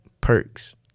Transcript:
perks